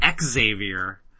Xavier